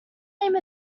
name